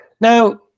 Now